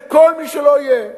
לכל מי שלא יהיה,